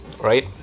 right